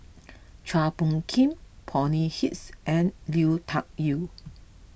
Chua Phung Kim Bonny Hicks and Lui Tuck Yew